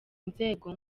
inzego